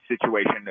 situation